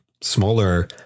smaller